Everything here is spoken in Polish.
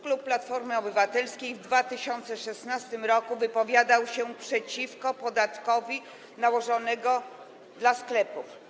Klub Platformy Obywatelskiej w 2016 r. wypowiadał się przeciwko podatkowi nałożonemu na sklepy.